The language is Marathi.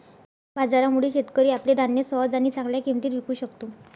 बाजारामुळे, शेतकरी आपले धान्य सहज आणि चांगल्या किंमतीत विकू शकतो